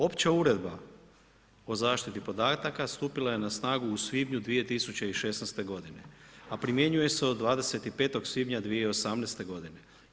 Opća uredba o zaštiti podataka stupila je na snagu u svibnju 2016. godine, a primjenjuje se od 25. svibnja 2018. godine.